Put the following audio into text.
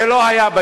זה לא היה,